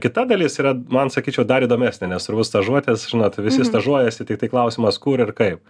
kita dalis yra man sakyčiau dar įdomesnė nes turbūt stažuotės žinot visi stažuojasi tiktai klausimas kur ir kaip